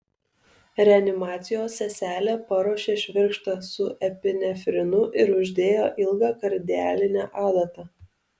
reanimacijos seselė paruošė švirkštą su epinefrinu ir uždėjo ilgą kardialinę adatą